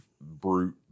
brute